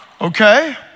Okay